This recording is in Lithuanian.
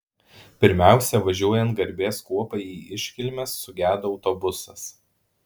pirmiausia važiuojant garbės kuopai į iškilmes sugedo autobusas